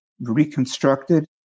reconstructed